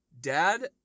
dad